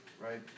Right